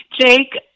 jake